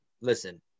listen